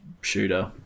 shooter